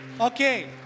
okay